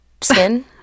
skin